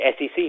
SEC